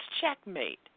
checkmate